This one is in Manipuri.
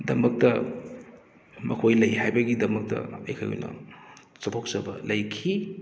ꯗꯃꯛꯇ ꯃꯈꯣꯏ ꯂꯩ ꯍꯥꯏꯕꯒꯤꯗꯃꯛꯇ ꯑꯩꯈꯣꯏꯅ ꯆꯕꯣꯀꯆꯕ ꯂꯩꯈꯤ